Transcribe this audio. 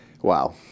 Wow